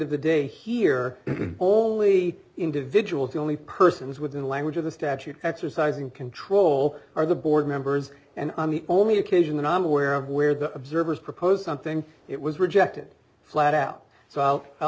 of the day here all the individuals the only persons within language of the statute exercising control are the board members and i'm the only occasion that i'm aware of where the observers proposed something it was rejected flat out so